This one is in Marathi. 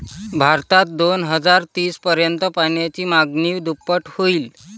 भारतात दोन हजार तीस पर्यंत पाण्याची मागणी दुप्पट होईल